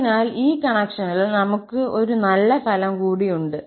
അതിനാൽ ഈ കണക്ഷനിൽ നമുക്ക് ഒരു നല്ല ഫലം കൂടി ഉണ്ട്